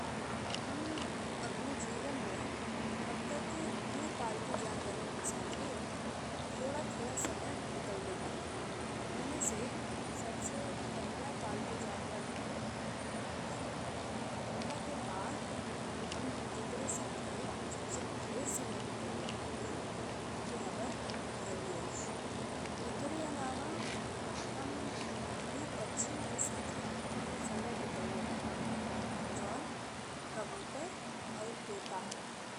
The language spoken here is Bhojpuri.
हम अपने जीवन में अबतक दू पालतू जानवरन के साथे थोड़ा-थोड़ा समय बितवले बाटी। ओमे से सबसे पहिला पालतू जनावर हवे कुत्ता। कुत्ता के बाद हम जेकरे साथे सबसे ढेर समय बितवले बाटी उ हवे खरगोश, एकरे अलावा हम दू पकशिन के साथे समय बितवले बाटी जौन कबूतर और तोता हवे।